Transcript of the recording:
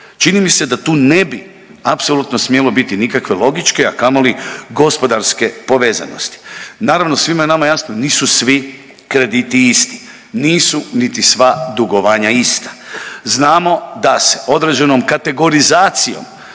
Čini mi se da tu ne bi apsolutno ne bi smjelo biti logičke, a kamoli gospodarske povezanosti. Naravno svima nama je jasno nisu svi krediti isti, nisu niti sva dugovanja ista. Znamo da se određenom kategorizacijom